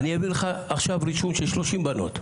אני אביא לך עכשיו רישום של 30 בנות,